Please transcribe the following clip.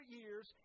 years